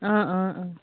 অঁ অঁ অঁ